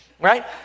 right